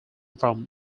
from